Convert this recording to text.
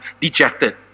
dejected